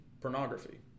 pornography